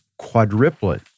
quadruplet